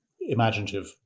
imaginative